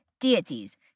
Deities